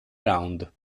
round